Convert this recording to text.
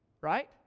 Right